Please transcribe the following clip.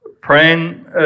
praying